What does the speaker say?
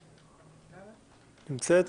נמצאת?